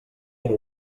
era